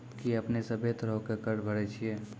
कि अपने सभ्भे तरहो के कर भरे छिये?